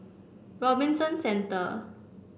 Robinson Centre